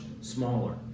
smaller